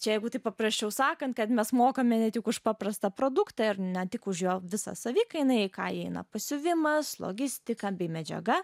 jeigu taip paprasčiau sakant kad mes mokame ne tik už paprastą produktą ir ne tik už jo visa savikaina į kainą pasiuvimas logistika bei medžiaga